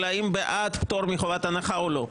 אלא האם בעד פטור מחובת הנחה או לא.